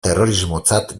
terrorismotzat